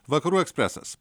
vakarų ekspresas